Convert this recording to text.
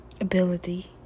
ability